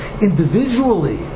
individually